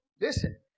Listen